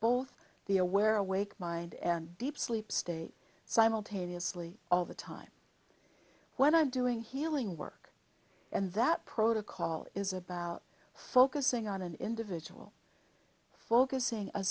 both the aware awake mind and deep sleep state simultaneously all the time when i'm doing healing work and that protocol is about focusing on an individual focusing a